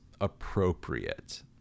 appropriate